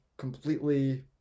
completely